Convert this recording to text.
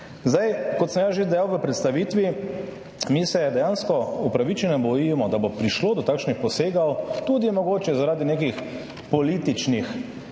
Kot sem že dejal v predstavitvi, se mi dejansko upravičeno bojimo, da bo prišlo do takšnih posegov, tudi mogoče zaradi nekih političnih